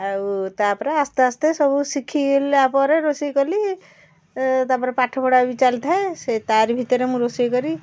ଆଉ ତା'ପରେ ଆସ୍ତେ ଆସ୍ତେ ସବୁ ଶିଖିଗଲା ପରେ ରୋଷେଇ କଲି ତା'ପରେ ପାଠପଢ଼ା ବି ଚାଲିଥାଏ ତାରି ଭିତରେ ମୁଁ ରୋଷେଇ କରି